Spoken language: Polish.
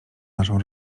naszą